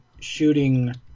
shooting